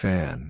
Fan